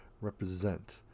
represent